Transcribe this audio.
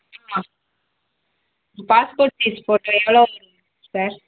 ஆமாம் passport size photo எவ்வளோ வரும்ங்க சார்